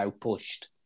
pushed